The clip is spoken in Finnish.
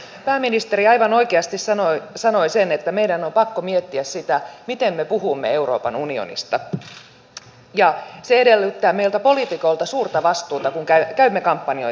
pääministeri aivan oikeasti sanoi sen että meidän on pakko miettiä sitä miten me puhumme euroopan unionista ja se edellyttää meiltä politiikoilta suurta vastuuta kun käymme kampanjoita